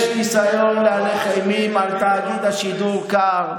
יש ניסיון להלך אימים על תאגיד השידור "כאן",